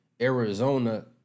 Arizona